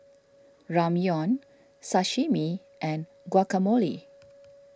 Ramyeon Sashimi and Guacamole